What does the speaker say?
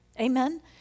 amen